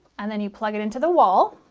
and then you plug it into the wall.